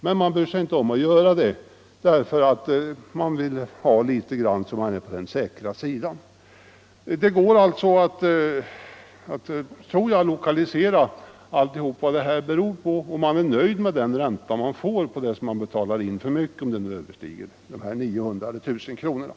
Men man bryr sig inte om att göra en sådan framställning, därför att man vill ha litet för mycket inbetalat i skatt för att vara på den säkra sidan. Det går alltså, tror jag, att lokalisera orsakerna till mycket av den överskjutande skatten. Man är nöjd med den ränta man får om beloppet överstiger 900 eller 1000 kronor för mycket inbetalt.